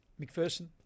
McPherson